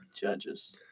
Judges